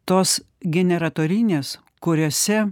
tos generatorinės kuriose